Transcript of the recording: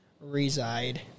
reside